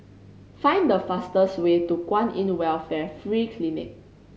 find the fastest way to Kwan In Welfare Free Clinic